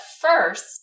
first